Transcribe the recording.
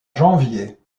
janvier